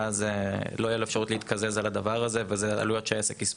ואז לא תהיה לו אפשרות להתקזז על הדבר הזה וזה עלויות שהעסק יספוג.